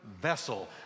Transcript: vessel